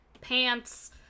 pants